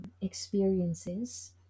experiences